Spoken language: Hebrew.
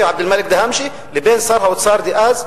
עבד-אלמאלכ דהאמשה לבין שר האוצר דאז,